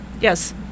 Yes